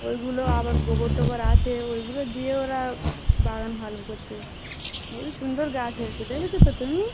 ওইগুলো আবার গোবর টোবর আছে ওইগুলো দিয়ে ওরা বাগান ভালো করছে হেবি সুন্দর গাছ হয়েছে দেখেছো তো তুমি